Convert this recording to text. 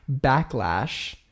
backlash